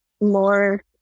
more